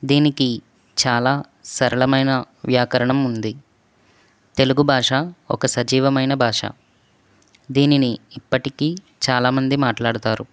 దీనికి చాలా సరళమైన వ్యాకరణం ఉంది తెలుగు భాష ఒక సజీవమైన భాష దీనిని ఇప్పటికి చాలా మంది మాట్లాడుతారు